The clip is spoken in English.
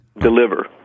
deliver